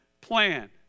plan